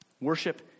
Worship